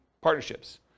partnerships